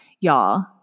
Y'all